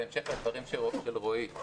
בהמשך לדברים של רועי,